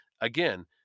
Again